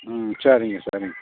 ம் சரிங்க சரிங்க